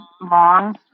long